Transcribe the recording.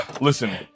Listen